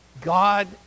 God